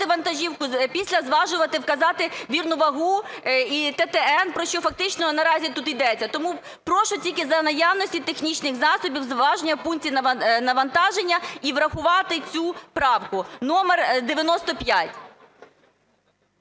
вантажівку, після зважування вказати вірну вагу і ТТН, про що фактично наразі тут ідеться. Тому прошу тільки за наявності технічних засобів зважування в пункті навантаження і врахувати цю правку номер 95.